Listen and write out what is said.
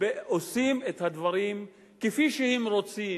עושים את הדברים כפי שהם רוצים,